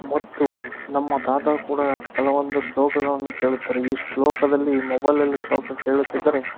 ಮತ್ತು ನಮ್ಮ ತಾತ ಕೂಡ ಕೆಲವೊಂದು ಶ್ಲೋಕಗಳನ್ನು ಕೇಳುತ್ತಾರೆ ಈ ಶ್ಲೋಕದಲ್ಲಿ ಮೊಬೈಲಲ್ಲಿ ಶ್ಲೋಕ ಕೇಳುತ್ತಿದ್ದರೆ